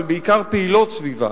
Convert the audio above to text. אבל בעיקר פעילות סביבה,